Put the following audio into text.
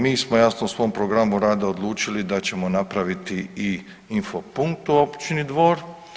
Mi smo jasno u svom programu rada odlučili da ćemo napraviti i info punkt u općini Dvor.